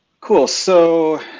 cool, so